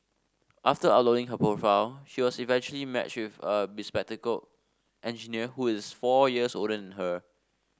after uploading her profile she was eventually matched with a bespectacled engineer who is four years older and her